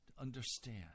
understand